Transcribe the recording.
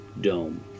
dome